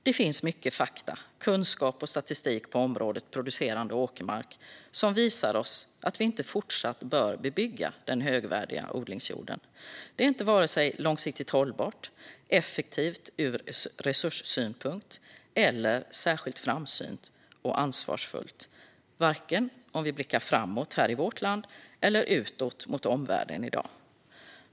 Det finns mycket fakta, kunskap och statistik på området producerande åkermark som visar oss att vi inte fortsatt bör bebygga den högvärdiga odlingsjorden. Det är varken långsiktigt hållbart, effektivt ur resurssynpunkt eller särskilt framsynt och ansvarsfullt, vare sig om vi blickar framåt här i vårt land eller utåt mot omvärlden i dag.